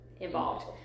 involved